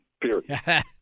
period